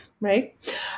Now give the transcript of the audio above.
right